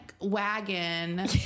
Wagon